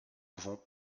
vont